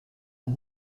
and